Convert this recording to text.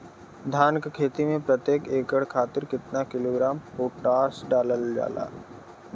धान क खेती में प्रत्येक एकड़ खातिर कितना किलोग्राम पोटाश डालल जाला?